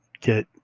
get